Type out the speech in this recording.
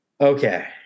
okay